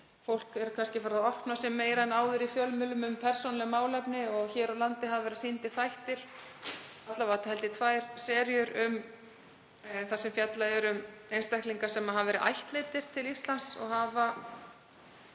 Fólk er kannski farið að opna sig meira en áður í fjölmiðlum um persónuleg málefni. Hér á landi hafa verið sýndir þættir, alla vega tvær seríur held ég, þar sem fjallað er um einstaklinga sem hafa verið ættleiddir til Íslands og hafa